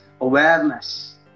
awareness